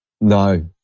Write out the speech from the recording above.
No